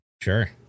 Sure